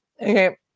Okay